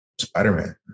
Spider-Man